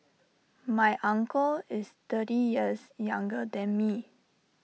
my uncle is thirty years younger than me